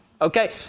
okay